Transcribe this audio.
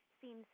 seems